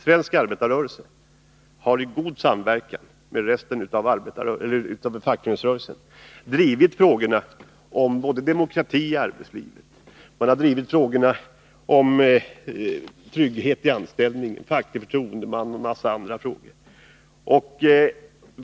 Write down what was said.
Svensk arbetarrörelse har i god samverkan med fackföreningsrörelsen drivit frågan om demokrati i arbetslivet, om tryggheten i anställningen, om facklig förtroendeman etc.